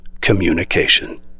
communication